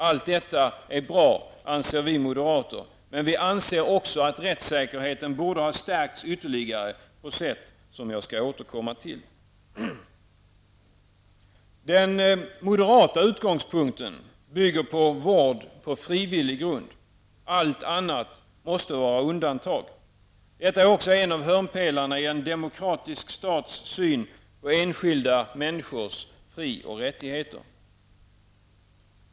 Allt detta är bra, anser vi moderater, men vi anser också att rättssäkerheten borde ha stärkts ytterligare, på sätt som jag skall återkomma till. Den moderata utgångspunkten bygger på vård på frivillig grund. Allt annat måste vara undantag. Detta är också en av hörnpelarna i en demokratisk stats syn på enskilda fri och rättigheter.